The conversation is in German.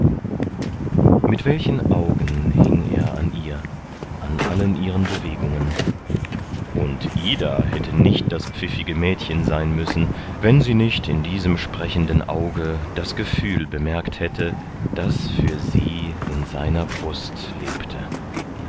mit welchen augen hing er an ihr an allen ihren bewegungen und ida hätte nicht das pfiffige mädchen sein müssen wenn sie nicht in diesem sprechenden auge das gefühl bemerkt hätte das für sie in seiner brust lebte